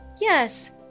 Yes